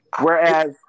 Whereas